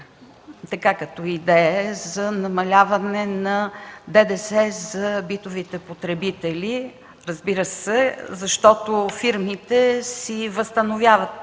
като идея, за намаляване на ДДС за битовите потребители, защото фирмите си възстановяват